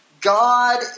God